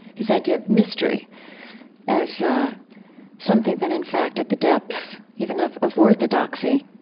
his idea of mystery as something that, in fact, at the depths even of of orthodoxy,